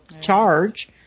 charge